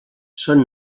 són